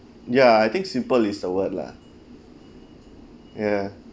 ya I think simple is the word lah ya